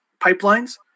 pipelines